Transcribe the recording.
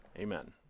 Amen